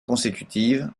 consécutive